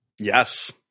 yes